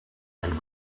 and